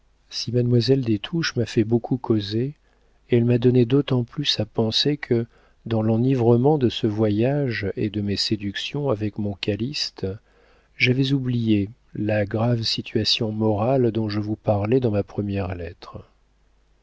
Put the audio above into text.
si mademoiselle des touches m'a fait beaucoup causer elle m'a donné d'autant plus à penser que dans l'enivrement de ce voyage et de mes séductions avec mon calyste j'avais oublié la grave situation morale dont je vous parlais dans ma première lettre